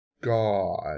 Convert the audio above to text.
god